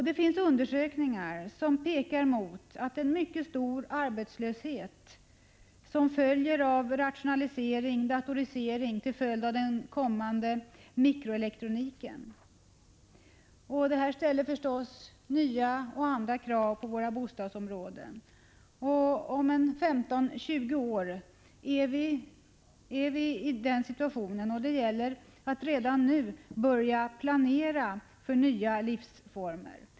Det finns undersökningar som pekar mot att en mycket stor arbetslöshet blir följden av rationaliseringen och datoriseringen med anledning av den kommande mikroelektroniken. Det ställer förstås nya krav på våra bostadsområden. Om 15-20 år kan vi vara där, och det gäller att redan nu börja planera för nya livsformer.